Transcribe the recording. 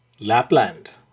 Lapland